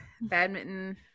Badminton